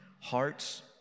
hearts